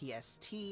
PST